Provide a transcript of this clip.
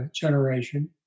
generation